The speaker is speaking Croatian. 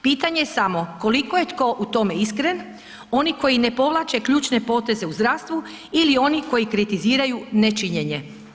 Pitanje je samo koliko je tko u tome iskren, oni koji ne povlače ključne poteze u zdravstvu ili oni koji kritiziraju nečinjenje?